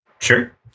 Sure